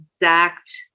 exact